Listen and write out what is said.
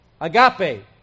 Agape